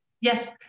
yes